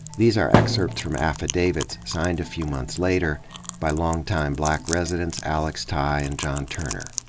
these are excerpts from affidavits signed a few months later by longtime black residents alex tye and john turner.